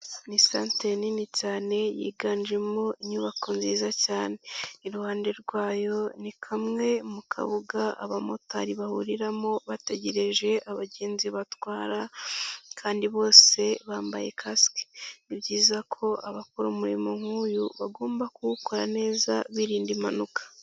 Ni inisante nini cyane yiganjemo inyubako nziza cyane, iruhande rwayo ni kamwe mu kabuga abamotari bahuriramo bategereje abagenzi batwara kandi bose bambaye kasike, ni byiza ko abakora umurimo nk'uyu bagomba kuwukora neza birinda impanuka.